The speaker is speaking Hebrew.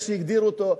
איך שהגדירו אותו,